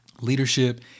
Leadership